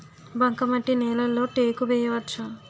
బంకమట్టి నేలలో టేకు వేయవచ్చా?